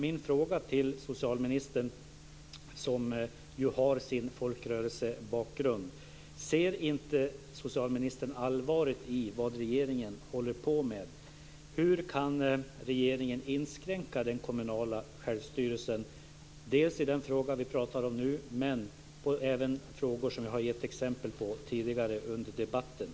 Min fråga till socialministern, som ju har sin folkrörelsebakgrund, är: Ser inte socialministern allvaret i vad regeringen håller på med? Hur kan regeringen inskränka den kommunala självstyrelsen i den fråga vi talar om nu och även i de frågor som jag har gett exempel på tidigare under debatten?